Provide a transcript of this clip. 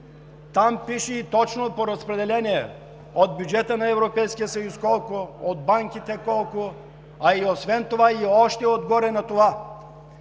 Там пише и точно разпределение: от бюджета на Европейския съюз – колко, от банките – колко, а и още отгоре на това,